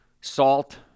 salt